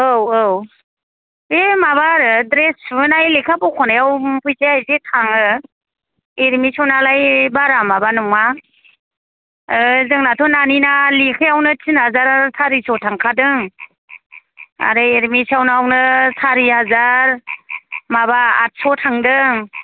औ औ बे माबा आरो द्रेस सुहोनाय लेखा बखनायाव फैसाया एसे थाङो एदमिसना लाय बारा माबा नङा जोंना थ' नानिना लेकायावनो थिन हाजार सारिस' थांखादों आरो एदमिसनाव नो सारि हाजार माबा आदस' थांदों